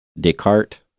Descartes